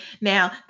Now